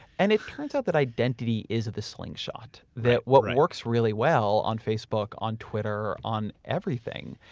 and it turns out that identity isn't the slingshot, that what works really well on facebook, on twitter, on everything,